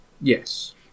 Yes